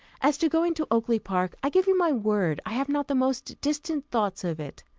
as to going to oakly-park, i give you my word i have not the most distant thoughts of it.